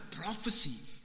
prophecy